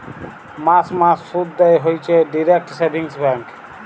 মাস মাস শুধ দেয় হইছে ডিইরেক্ট সেভিংস ব্যাঙ্ক